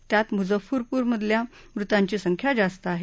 त्यात मुजफ्फरपुरमधल्या मृतांची संख्या जास्त आहे